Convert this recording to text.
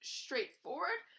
straightforward